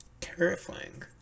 terrifying